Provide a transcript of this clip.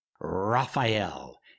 Raphael